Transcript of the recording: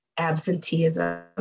Absenteeism